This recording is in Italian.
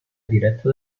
diretta